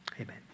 amen